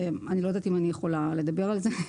אני לא יודעת אם אני יכולה לדבר על זה.